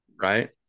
right